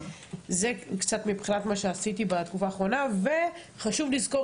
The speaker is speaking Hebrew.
זה קצת מבחינת מה שעשיתי בתקופה האחרונה וחשוב לזכור